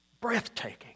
Breathtaking